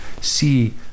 See